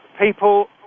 people